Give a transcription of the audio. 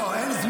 לא, אין זמן.